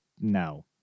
no